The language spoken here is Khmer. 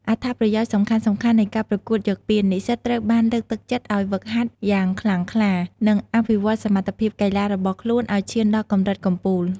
អត្ថប្រយោជន៍សំខាន់ៗនៃការប្រកួតយកពាន និស្សិតត្រូវបានលើកទឹកចិត្តឱ្យហ្វឹកហាត់យ៉ាងខ្លាំងក្លា និងអភិវឌ្ឍសមត្ថភាពកីឡារបស់ខ្លួនឱ្យឈានដល់កម្រិតកំពូល។